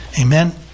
Amen